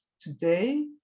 today